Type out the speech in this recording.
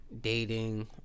dating